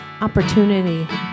opportunity